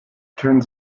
turns